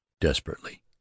desperately